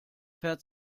fährt